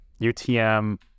UTM